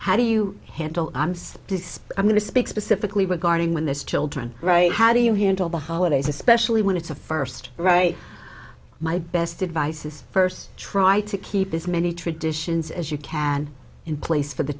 how do you handle this i'm going to speak specifically regarding when this children right how do you handle the holidays especially when it's a first right my best advice is first try to keep as many traditions as you can in place for the